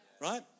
right